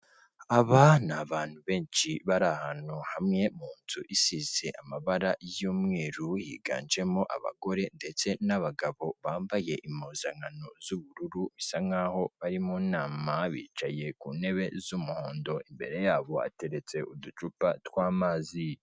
Aba abantu benshi bari ahantu hamwe mu nzu isize amabara y'umweru, yiganjemo abagore ndetse n'abagabo bambaye impuzankano z'ubururu bisa nk'aho bari mu nama, bicaye ku ntebe z'umuhondo imbere yabo hateretse uducupa tw'amazi.